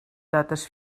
dates